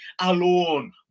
alone